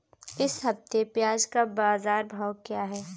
इस हफ्ते प्याज़ का बाज़ार भाव क्या है?